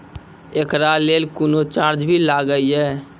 एकरा लेल कुनो चार्ज भी लागैये?